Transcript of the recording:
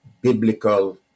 biblical